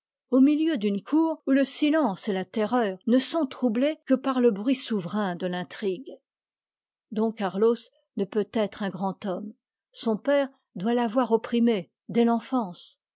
au milieu d'une cour où le silence et ta terreur ne sont troumés que par le bruit souterrain de l'intrigue don carlos ne peut être un grand homme son père doit l'avoir opprimé dès l'enfance